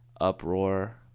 uproar